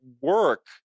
work